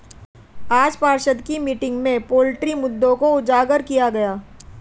आज पार्षद की मीटिंग में पोल्ट्री मुद्दों को उजागर किया गया